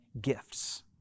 gifts